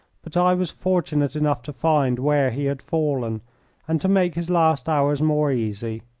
but i was fortunate enough to find where he had fallen and to make his last hours more easy.